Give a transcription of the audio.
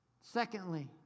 Secondly